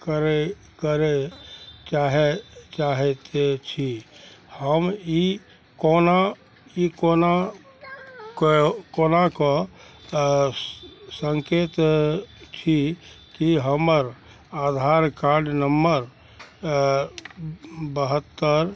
करय करय चाहैत चाहैत छी हम ई कोना ई कोना कऽ कोना कऽ सकैत छी कि हमर आधार कार्ड नम्बर बहत्तर